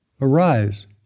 arise